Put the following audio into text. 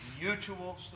mutual